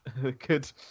good